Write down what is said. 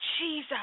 Jesus